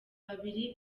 babiri